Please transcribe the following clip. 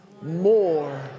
More